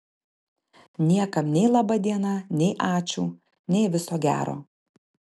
niekam nei laba diena nei ačiū nei viso gero